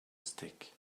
stick